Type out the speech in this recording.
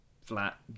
flat